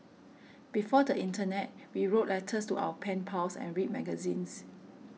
before the internet we wrote letters to our pen pals and read magazines